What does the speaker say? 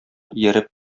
ияреп